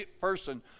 person